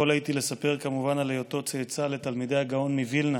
הייתי יכול לספר כמובן על היותו צאצא לתלמידי הגאון מווילנה